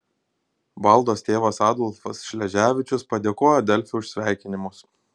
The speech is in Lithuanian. valdos tėvas adolfas šleževičius padėkojo delfi už sveikinimus